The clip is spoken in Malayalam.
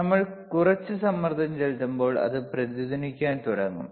നമ്മൾ കുറച്ച് സമ്മർദ്ദം ചെലുത്തുമ്പോൾ അത് പ്രതിധ്വനിക്കാൻ തുടങ്ങും